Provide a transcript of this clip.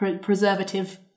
preservative